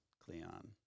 Cleon